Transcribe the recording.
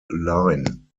line